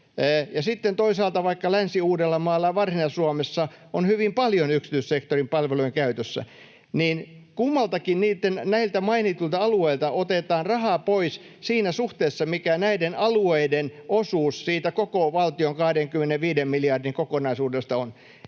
toisaalta vaikka Länsi-Uudellamaalla ja Varsinais-Suomessa on hyvin paljon yksityissektorin palveluja käytössä, niin kummaltakin näiltä mainituilta alueilta otetaan rahaa pois siinä suhteessa, mikä näiden alueiden osuus siitä koko valtion 25 miljardin kokonaisuudesta on.